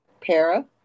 Para